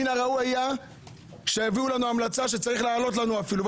מין הראוי היה שיביאו לנו המלצה שצריך להעלות לנו אפילו.